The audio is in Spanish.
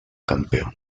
campeón